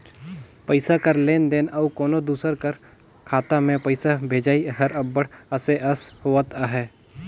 पइसा कर लेन देन अउ कोनो दूसर कर खाता में पइसा भेजई हर अब्बड़ असे अस होवत अहे